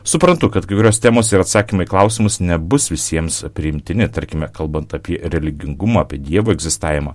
suprantu kad kai kurios temos ir atsakymai į klausimus nebus visiems priimtini tarkime kalbant apie religingumą apie dievo egzistavimą